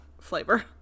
flavor